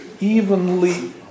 evenly